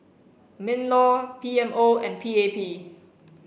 mean law P M O and P A P